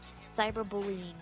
cyberbullying